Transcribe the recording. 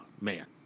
man